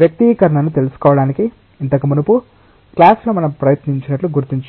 వ్యక్తీకరణను తెలుసుకోవడానికి ఇంతకమునుపు క్లాస్ లో మనం ప్రయత్నించినట్లు గుర్తుంచుకోండి